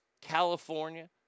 California